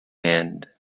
hand